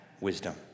wisdom